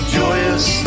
joyous